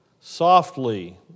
Softly